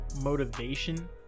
motivation